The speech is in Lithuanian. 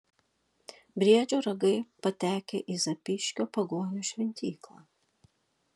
briedžio ragai patekę į zapyškio pagonių šventyklą